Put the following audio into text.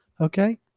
Okay